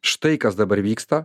štai kas dabar vyksta